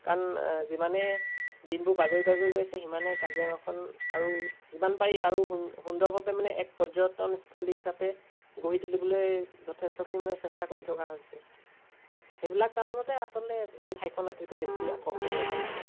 কাৰণ যিমানে দিনবোৰ বাগৰি বাগৰি গৈ আছে সিমানেই কাজিৰঙাখন আৰু যিমান পাৰি আৰু সুন্দৰভাৱে মানে এক পৰ্যটনস্থলী হিচাপে গঢ়ি তুলিবলৈ যথেষ্টখিনি মানে চেষ্টা কৰি থকা হৈছে সেইবিলাক কাৰণতে আচলতে সেই ঠাইখন আটাইতকৈ বেছি আকৰ্ষণীয় যেন লাগে